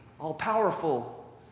all-powerful